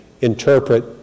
interpret